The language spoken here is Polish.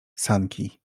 sanki